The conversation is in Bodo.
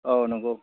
औ नंगौ